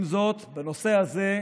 עם זאת, בנושא הזה,